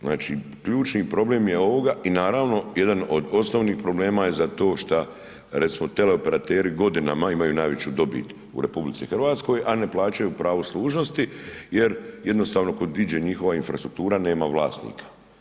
Znači, ključni problem je ovoga i naravno, jedan od osnovnih problema je za to šta recimo, teleoperateri godinama imaju najveći dobit u RH, a ne plaćaju pravo služnosti jer jednostavno, kud ide njihova infrastruktura, nema vlasnika.